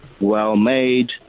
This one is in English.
well-made